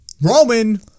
Roman